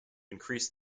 increase